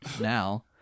now